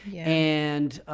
and